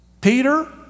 Peter